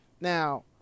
Now